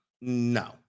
No